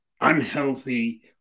unhealthy